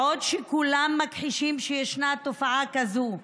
בעוד שכולם מכחישים שישנה תופעה כזו,